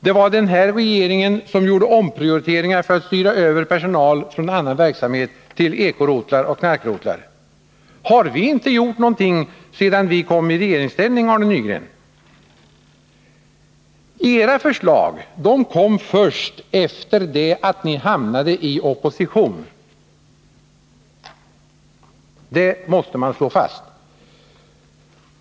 Det var den här regeringen som gjorde omprioriteringar för att styra över personal från annan verksamhet till eko-rotlar och knarkrotlar. Har vi inte giort någonting sedan vi kom i regeringsställning, Arne Nygren? Era förslag kom först efter det att ni hamnade i opposition — det måste man slå fast.